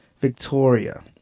Victoria